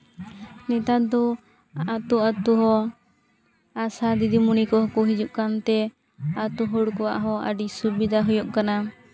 ᱱᱮᱛᱟᱨ ᱫᱚ ᱟᱛᱳᱼᱟᱛᱳ ᱦᱚᱸ ᱟᱥᱟ ᱫᱤᱫᱤᱢᱩᱱᱤ ᱠᱚᱦᱚᱸ ᱠᱚ ᱦᱤᱡᱩᱜ ᱠᱟᱱ ᱛᱮ ᱟᱛᱳ ᱦᱚᱲ ᱠᱚᱣᱟᱜ ᱦᱚᱸ ᱟᱹᱰᱤ ᱥᱩᱵᱤᱫᱟ ᱦᱩᱭᱩᱜ ᱠᱟᱱᱟ